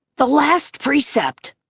the last precept